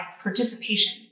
participation